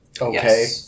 Okay